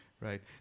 right